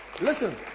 Listen